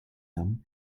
haben